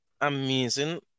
amazing